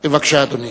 בבקשה, אדוני.